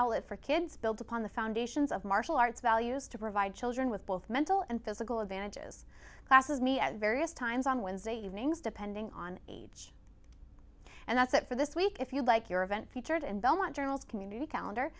it for kids built upon the foundations of martial arts values to provide children with both mental and physical advantages classes me at various times on wednesday evenings depending on age and that's it for this week if you like your event featured and don't want journals community calendar